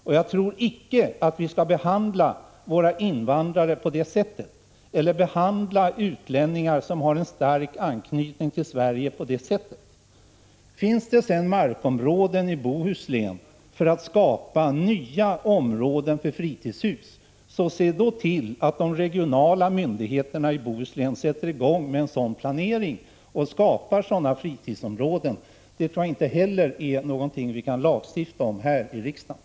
Och jag tycker icke att vi skall behandla våra invandrare eller utlänningar som har stark anknytning till Sverige på det sättet. Finns det sedan markområden i Bohuslän för att skapa nya områden för fritidshus, se då till att de regionala myndigheterna i Bohuslän sätter i gång med en planering för att skapa sådana fritidsområden! Men inte heller det tror jag är någonting som vi kan lagstifta om här i riksdagen.